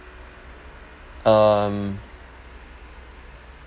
um